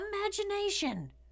Imagination